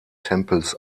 tempels